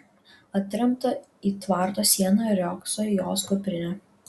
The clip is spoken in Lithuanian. atremta į tvarto sieną riogso jos kuprinė